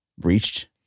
reached